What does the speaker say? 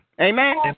Amen